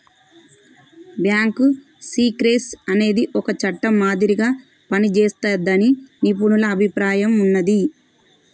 bank secrecy అనేది ఒక చట్టం మాదిరిగా పనిజేస్తాదని నిపుణుల అభిప్రాయం ఉన్నాది